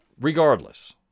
regardless